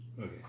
Okay